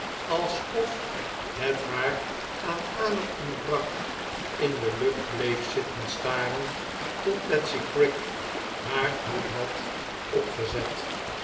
alsof het haar aan adem ontbrak in de lucht bleef zitten staren tot betsy prig haar hoed had opgezet